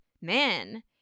man